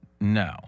No